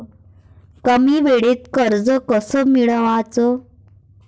कमी वेळचं कर्ज कस मिळवाचं?